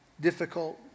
difficult